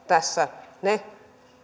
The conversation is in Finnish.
ne